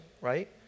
right